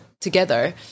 together